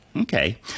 Okay